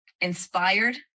inspired